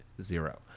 zero